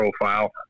profile